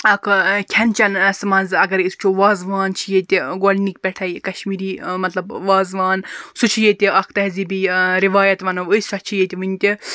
اکھ کھیٚن چٮ۪نَس مَنٛز اَگَر أسۍ وٕچھو وازوان چھُ ییٚتہِ گۄڈنِک پیٚٹھے کَشمیٖری مطلب وازوان سُہ چھُ ییٚتہِ اکھ تہذیٖبی رِوایَت وَنو أسۍ سۄ چھِ ییٚتہِ وٕنہِ تہِ